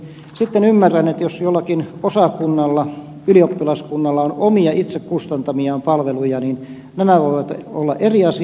sitten ymmärrän että jos jollakin osakunnalla ylioppilaskunnalla on omia itse kustantamiaan palveluja niin nämä voivat olla eri asia